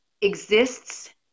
exists